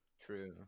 True